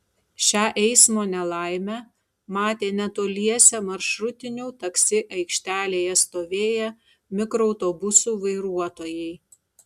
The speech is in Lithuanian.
šią eismo nelaimę matė netoliese maršrutinių taksi aikštelėje stovėję mikroautobusų vairuotojai